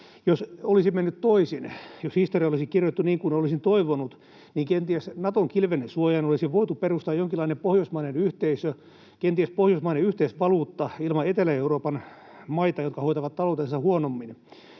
Jos olisi mennyt toisin, jos historia olisi kirjoitettu niin kuin olisin toivonut, kenties Naton kilven suojaan olisi voitu perustaa jonkinlainen pohjoismainen yhteisö, kenties Pohjoismaiden yhteisvaluutta, ilman Etelä-Euroopan maita, jotka hoitavat taloutensa huonommin.